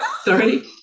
Sorry